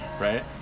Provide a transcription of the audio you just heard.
right